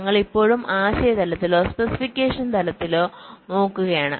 ഞങ്ങൾ ഇപ്പോഴും ആശയ തലത്തിലോ സ്പെസിഫിക്കേഷൻ തലത്തിലോ നോക്കുകയാണ്